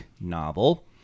novel